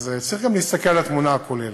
אז, צריך גם להסתכל על התמונה הכוללת.